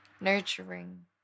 Nurturing